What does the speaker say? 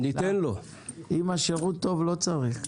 אם השירות טוב, לא צריך.